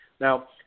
Now